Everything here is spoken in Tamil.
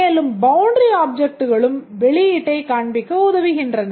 மேலும் பவுண்டரி ஆப்ஜெக்ட்களும் வெளியீட்டைக் காண்பிக்க உதவுகின்றன